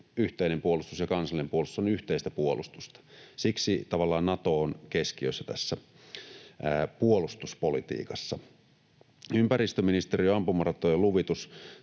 yhteinen puolustus ja kansallinen puolustus ovat yhteistä puolustusta. Siksi tavallaan Nato on keskiössä tässä puolustuspolitiikassa. Ympäristöministeriö ja ampumaratojen luvitus: